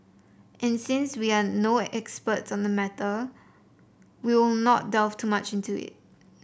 and since we are no experts on the matter we will not delve too much into it